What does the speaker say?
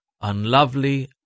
unlovely